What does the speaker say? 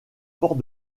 port